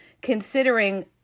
considering